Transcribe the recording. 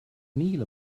neal